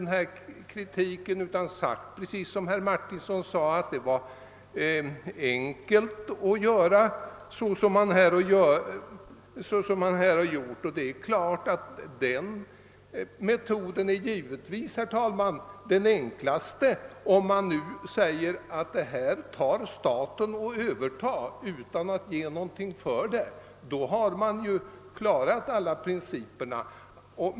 Det har sagts — och det sade också herr Martinsson — att det var så enkelt att göra på detta sätt, och självfallet är det den enklaste metoden att bara säga att staten övertar tingshusen utan någon ersättning. Då har man ju klarat hela principfrågan.